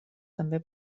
també